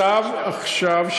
הצו עכשיו,